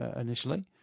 initially